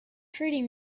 treating